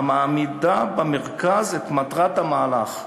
המעמיד במרכז את מטרת המהלך,